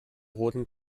roten